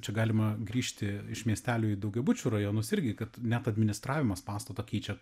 čia galima grįžti iš miestelio į daugiabučių rajonus irgi kad net administravimas pastato keičia